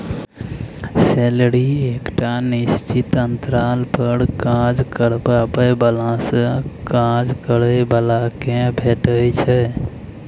salary एकटा निश्चित अंतराल पर काज करबाबै बलासँ काज करय बला केँ भेटै छै